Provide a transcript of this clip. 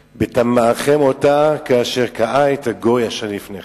בטמאכם אותה כאשר קאה את הגוי אשר לפניכם.